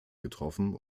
getroffen